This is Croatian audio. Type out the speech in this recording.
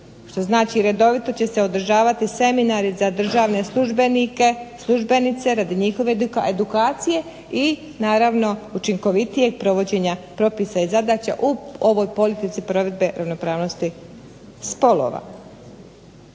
što znači redovito će se održavati seminari za državne službenike, službenice radi njihove edukacije i naravno učinkovitijeg provođenja propisa i zadaća u ovoj politici provedbe ravnopravnosti spolova.